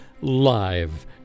live